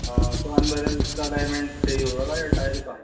ہاں تو انبیلینس کا الائنمنٹ صحیح ہوگا یا ٹائر کا